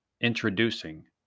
introducing